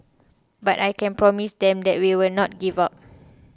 but I can promise them that we will not give up